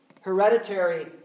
hereditary